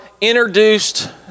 introduced